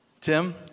Tim